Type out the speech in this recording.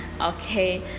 okay